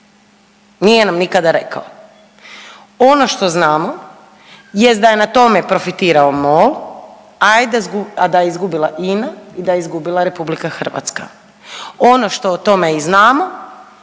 Nije nam nikada rekao. Ono što znamo jest da je na tome profitirao MOL, a da je izgubila INA i da je izgubila RH. Ono što o tome i znamo